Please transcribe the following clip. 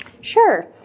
Sure